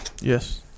Yes